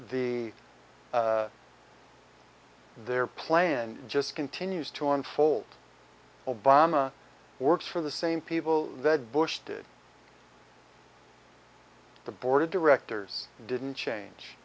the their plan just continues to unfold obama works for the same people that bush did the board of directors didn't change